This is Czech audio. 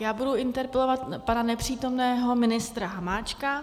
Já budu interpelovat pana nepřítomného ministra Hamáčka.